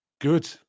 good